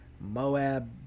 Moab